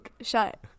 shut